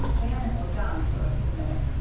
bannon looked on for a few minutes,